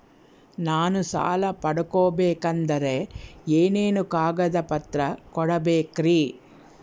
ನಾನು ಸಾಲ ಪಡಕೋಬೇಕಂದರೆ ಏನೇನು ಕಾಗದ ಪತ್ರ ಕೋಡಬೇಕ್ರಿ?